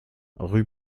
rue